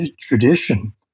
tradition